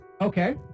okay